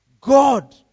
God